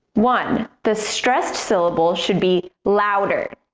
one the stressed syllable should be louder.